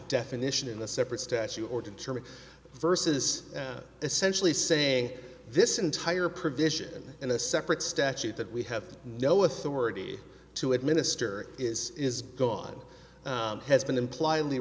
definition in a separate statue or determine versus essentially saying this entire provision in a separate statute that we have no authority to administer is is gone has been impl